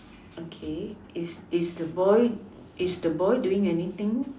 okay is is the boy is the boy doing anything